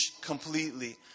completely